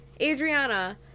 Adriana